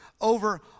over